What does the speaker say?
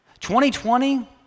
2020